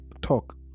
talk